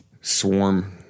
swarm